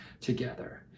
together